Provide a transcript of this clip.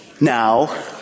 Now